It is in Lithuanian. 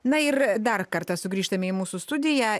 na ir dar kartą sugrįžtame į mūsų studiją